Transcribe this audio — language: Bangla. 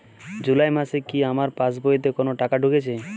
জুলাই মাসে কি আমার পাসবইতে কোনো টাকা ঢুকেছে?